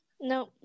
no